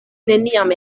neniam